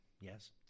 Yes